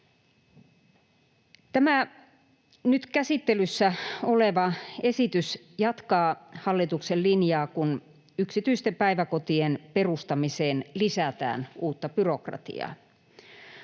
Tämä nyt käsittelyssä oleva esitys jatkaa hallituksen linjaa, kun yksityisten päiväkotien perustamiseen lisätään uutta byrokratiaa.